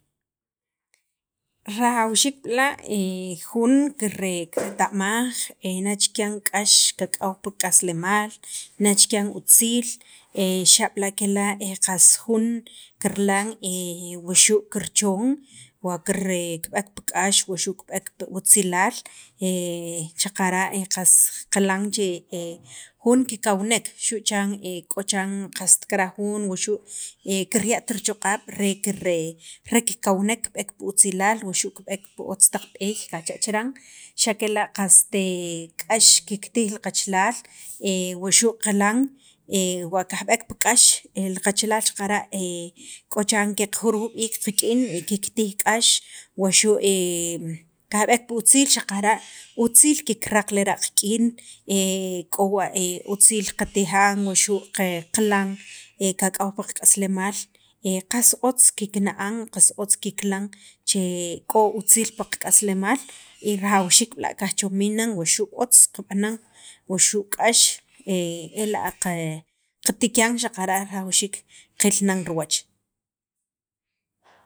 rajwxiik b'ala' jun kireta'maj nachikya k'ax kak'aw pi rik'aslemaal nachyan utziil xa'b'ala' kela' jun kirilan wuxu' kirchon wakir kib'eek pi k'ax wuxu' kib'eek pi otzilaal e xaqara' qas qilan che jun kikawnek xu' chan chiran qas kiraj jun wuxu' kirya't tichoq'ab' re kir kawnek kib'ek pi otzilaal wuxu' kib'eek otz taq b'ej qajcha' chiran xa' kela' qast kiktij qachalal e wuxu' qilan wa kajb'ek pi k'ax xaqara' k'o chiran qaqajuruj b'iik qak'in y kiktij k'ax wuxu' kajb'eek pi otziil xaqara' otziil kikraq lera' qak'in k'o wii' otziil qatijan wuxu' qilan kak'aw pi qak'aslemaal e qas otz kikna'an qas otz qilan k'o utziil pi qak'aslemaal rajawxiik kajchomin nan wuxu' otz qab'anan wuxu' k'ax ela' qatikan rajawxiik qil nan riwach